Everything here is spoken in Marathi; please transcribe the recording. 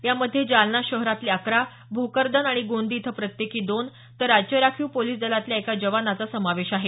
यामध्ये जालना शहरातले अकरा भोकरदन आणि गोंदी इथं प्रत्येकी दोन तर राज्य राखीव पोलिस दलातल्या एका जवानाचा समावेश आहे